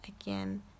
again